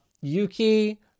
Yuki